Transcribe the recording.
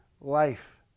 life